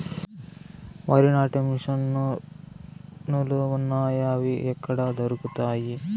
వరి నాటే మిషన్ ను లు వున్నాయా? అవి ఎక్కడ దొరుకుతాయి?